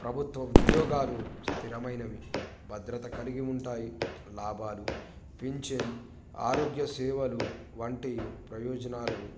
ప్రభుత్వ ఉద్యోగాలు స్థిరమైనవి భద్రత కలిగి ఉంటాయి లాభాలు పెన్షన్ ఆరోగ్య సేవలు వంటి ప్రయోజనాలు